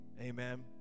Amen